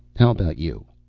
how about you?